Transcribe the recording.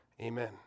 Amen